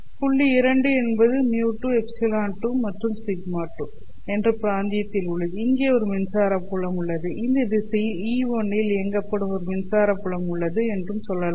புள்ளி இரண்டு என்பது μ2 ε2 மற்றும் σ2 என்ற பிராந்தியத்தில் உள்ளது இங்கே ஒரு மின்சார புலம் உள்ளது இந்த திசையில் E1 இல் இயக்கப்படும் ஒரு மின்சார புலம் உள்ளது என்றும் சொல்லலாம்